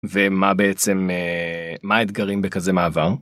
ומה בעצם מה האתגרים בכזה מעבר?